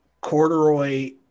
Corduroy